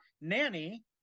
Nanny